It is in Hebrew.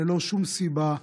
ללא שום סיבה,